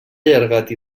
allargat